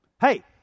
hey